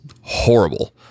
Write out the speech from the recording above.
horrible